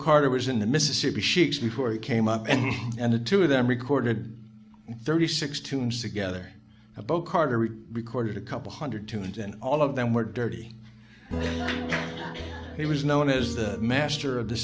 carter was in the mississippi sheiks before he came up and he and the two of them recorded thirty six tunes together about carter we recorded a couple hundred tunes and all of them were dirty he was known as the master